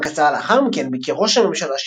זמן קצר לאחר מכן ביקר ראש הממשלה,